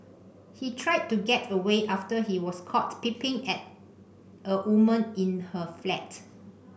he tried to get away after he was caught peeping at a woman in her flat